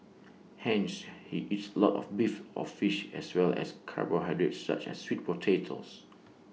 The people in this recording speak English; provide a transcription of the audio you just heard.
hence he eats A lot of beef or fish as well as carbohydrates such as sweet potatoes